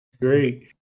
great